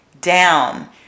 down